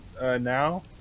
now